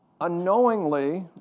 Unknowingly